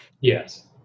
Yes